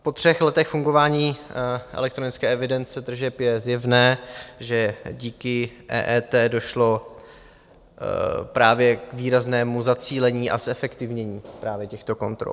Po třech letech fungování elektronické evidence tržeb je zjevné, že díky EET došlo právě k výraznému zacílení a zefektivnění právě těchto kontrol.